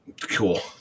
Cool